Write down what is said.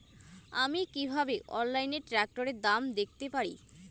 আমি কিভাবে অনলাইনে ট্রাক্টরের দাম দেখতে পারি?